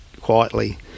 quietly